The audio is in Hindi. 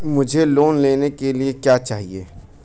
मुझे लोन लेने के लिए क्या चाहिए?